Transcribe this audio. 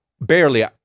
Barely